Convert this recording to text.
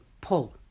pull